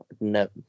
No